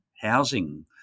housing